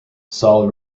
saul